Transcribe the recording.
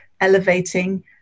elevating